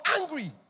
angry